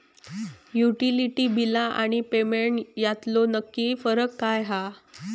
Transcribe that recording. Utility बिला आणि payment यातलो नक्की फरक काय हा?